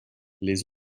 les